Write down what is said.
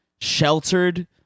sheltered